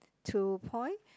two point